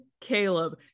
caleb